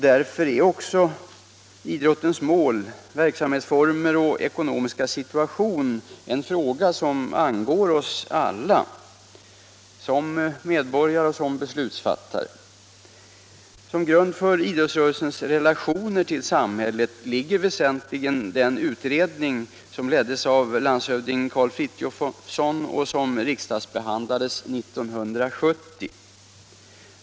Därför är också idrottens mål, verksamhetsformer och ekonomiska situation frågor som angår oss alla som medborgare och som beslutsfattare. Som grund för idrottsrörelsens relationer till samhället ligger väsentligen den utredning som leddes av landshövding Karl Frithiofson och som riksdagsbehandlades 1970.